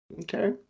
Okay